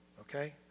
okay